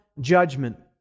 judgment